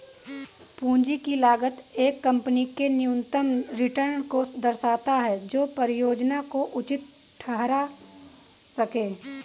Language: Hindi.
पूंजी की लागत एक कंपनी के न्यूनतम रिटर्न को दर्शाता है जो परियोजना को उचित ठहरा सकें